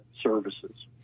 services